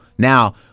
Now